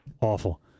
Awful